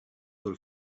sort